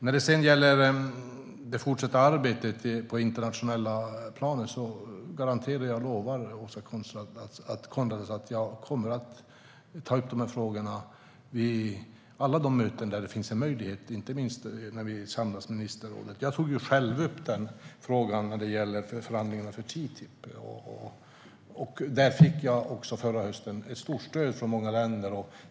När det gäller det fortsatta arbetet på det internationella planet garanterar jag och lovar Åsa Coenraads att jag kommer att ta upp frågorna vid alla möten där det finns möjlighet, inte minst när vi samlas i ministerrådet. Jag tog själv upp frågan när det gällde TTIP-förhandlingarna, och jag fick ett stort stöd från många länder förra hösten.